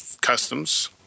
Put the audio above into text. customs